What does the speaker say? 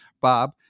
Bob